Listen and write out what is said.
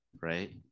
Right